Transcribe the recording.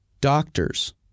Doctors